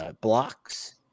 blocks